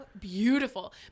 beautiful